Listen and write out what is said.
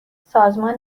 سازمان